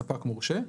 ספק מורשה),